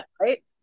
Right